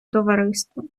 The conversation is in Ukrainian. товариство